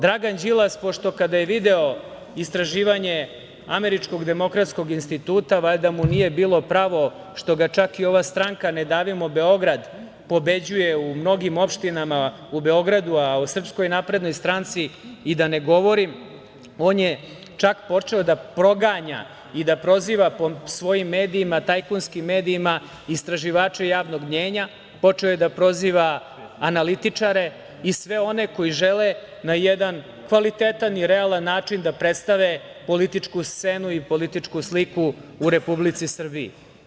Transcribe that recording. Dragan Đilas, pošto kada je video istraživanje Američkog demokratskog instituta, valjda mu nije bilo pravo što ga čak i ova stranka Ne davimo Beograd pobeđuje u mnogim opštinama u Beogradu, a o SNS i da ne govorim, on je čak počeo da proganja i da proziva po svojim medijima, tajkunskim medijima istraživače javnog mnjenja, počeo je da proziva analitičare i sve one koji žele na jedan kvalitetan i realan način da predstave političku scenu i političku sliku u Republici Srbiji.